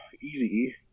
Easy